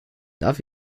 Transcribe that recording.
darf